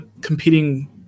competing